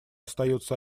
остается